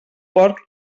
porc